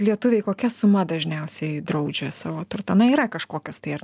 lietuviai kokia suma dažniausiai draudžia savo na yra kažkokios tai ar